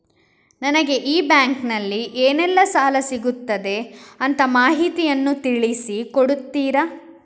ನನಗೆ ಈ ಬ್ಯಾಂಕಿನಲ್ಲಿ ಏನೆಲ್ಲಾ ಸಾಲ ಸಿಗುತ್ತದೆ ಅಂತ ಮಾಹಿತಿಯನ್ನು ತಿಳಿಸಿ ಕೊಡುತ್ತೀರಾ?